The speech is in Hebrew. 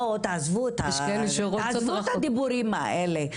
בואו תעזבו את הדיבורים האלה.